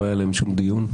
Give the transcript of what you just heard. לא היה עליהם שום דיון.